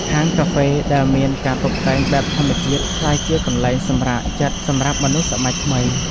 ហាងកាហ្វេដែលមានការតុបតែងបែបធម្មជាតិ ក្លាយជាកន្លែងសម្រាកចិត្តសម្រាប់មនុស្សសម័យថ្មី។